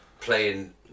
playing